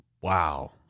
wow